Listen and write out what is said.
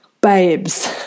babes